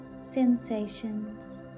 sensations